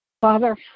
Father